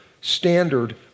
standard